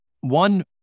one